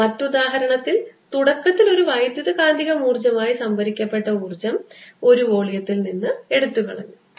മറ്റു ഉദാഹരണത്തിൽ തുടക്കത്തിൽ ഒരു വൈദ്യുതകാന്തിക ഊർജ്ജമായി സംഭരിക്കപ്പെട്ട ഊർജ്ജം ഒരു വോളിയത്തിൽ നിന്ന് എടുത്തു കളഞ്ഞു